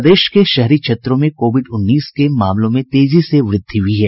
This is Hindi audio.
प्रदेश के शहरी क्षेत्रों में कोविड उन्नीस के मामलों में तेजी से वृद्धि हुई है